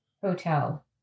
hotel